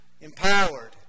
empowered